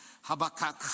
Habakkuk